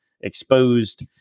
Exposed